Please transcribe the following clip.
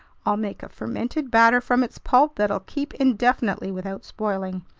i'll make a fermented batter from its pulp that'll keep indefinitely without spoiling.